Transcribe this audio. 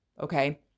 Okay